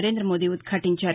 నరేం్రదమోదీ ఉద్యాటించారు